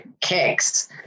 kicks